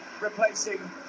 replacing